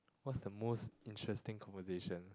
what's the most interesting conversation